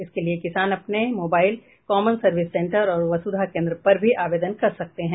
इसके लिए किसान अपने मोबाइल कॉमन सर्विस सेंटर और वसुधा केन्द्र पर भी आवेदन कर सकते हैं